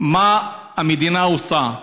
מה המדינה עושה?